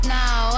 now